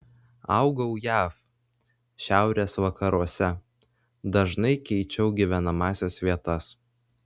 augau jav šiaurės vakaruose dažnai keičiau gyvenamąsias vietas